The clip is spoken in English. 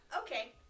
Okay